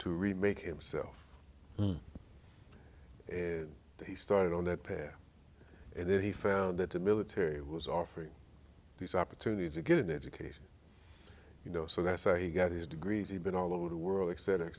to remake himself he started on that path and then he found that the military was offering these opportunities to get an education you know so that's why he got his degrees he been all over the world etc etc et